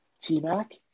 T-Mac